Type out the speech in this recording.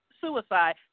suicide